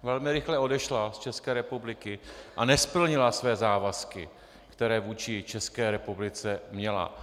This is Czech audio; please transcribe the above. Velmi rychle odešla z České republiky a nesplnila své závazky, které vůči České republice měla.